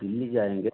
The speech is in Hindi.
दिल्ली जाएँगे